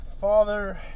father